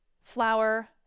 Flour